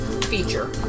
feature